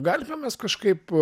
galime mes kažkaip